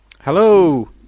Hello